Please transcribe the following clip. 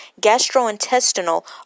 gastrointestinal